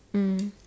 mm